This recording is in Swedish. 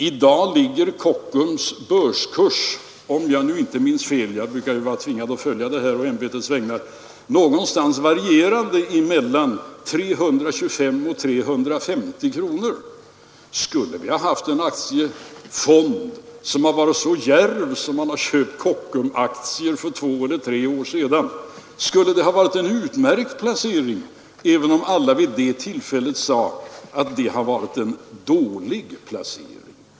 I dag ligger Kockums börskurs, om jag inte minns fel — jag brukar ju vara tvingad att följa detta å ämbetets vägnar — någonstans varierande emellan 325 kronor och 350 kronor. Om vi hade haft en aktiefond som varit så djärv att den köpt Kockumsaktier för två eller tre år sedan, skulle det ha varit en utmärkt placering, även om alla vid det tillfället hade ansett det vara en dålig placering.